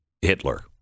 Hitler